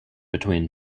between